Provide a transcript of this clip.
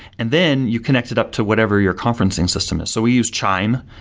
and then you connect it up to whatever you're conferencing system is. so we use chime,